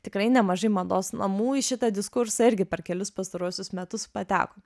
tikrai nemažai mados namų į šitą diskursą irgi per kelis pastaruosius metus pateko